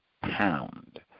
pound